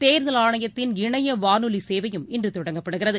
தேர்தல் ஆணையத்தின் இணைய வானொலி சேவையும் இன்று தொடங்கப்படுகிறது